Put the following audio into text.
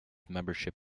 membership